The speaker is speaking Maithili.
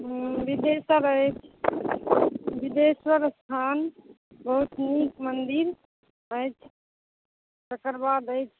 बिदेश्वर अछि बिदेश्वर स्थान बहुत नीक मन्दिर आओर तकर बाद अछि